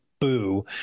boo